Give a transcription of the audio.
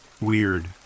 Weird